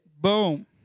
Boom